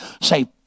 Say